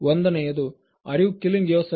ಒಂದನೆಯದು Are you Killing yourself Mr